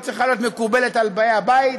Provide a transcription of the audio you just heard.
ולא צריכה להיות מקובלת על באי הבית,